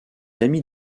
amis